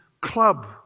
club